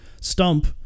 Stump